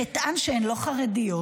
חטאן שהן לא חרדיות.